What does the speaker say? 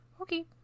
Okay